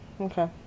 Okay